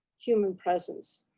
human presence,